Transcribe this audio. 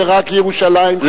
ורק ירושלים,